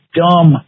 dumb